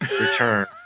return